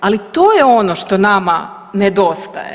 Ali to je ono što nama nedostaje.